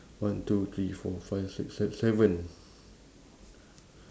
one two three four five six se~ seven